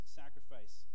sacrifice